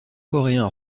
coréens